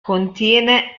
contiene